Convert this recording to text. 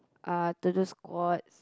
uh to do squats